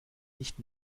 nicht